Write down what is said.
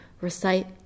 recite